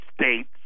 States